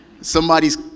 Somebody's